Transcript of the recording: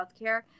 healthcare